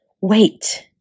wait